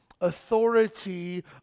authority